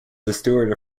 steward